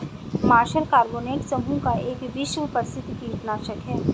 martial carbonate समूह का एक विश्व प्रसिद्ध कीटनाशक है